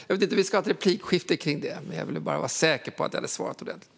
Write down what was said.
Jag vet inte om vi ska ha ett replikskifte om det här; jag ville bara vara säker på att jag svarat ordentligt.